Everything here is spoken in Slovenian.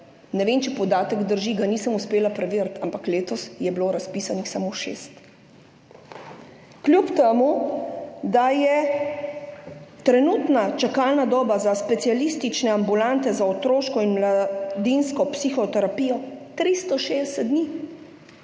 Ne vem, če podatek drži, nisem ga uspela preveriti, ampak letos jih je bilo razpisanih samo šest, kljub temu, da je trenutna čakalna doba za specialistične ambulante za otroško in mladinsko psihoterapijo 360 dni